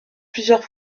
plusieurs